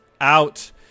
out